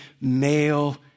male